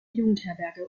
jugendherberge